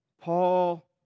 Paul